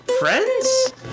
Friends